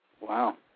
Wow